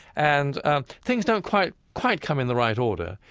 and things don't quite quite come in the right order.